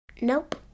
Nope